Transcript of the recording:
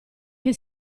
che